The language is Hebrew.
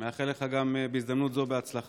אני מאחל לך בהזדמנות זו גם בהצלחה.